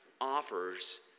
offers